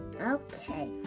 Okay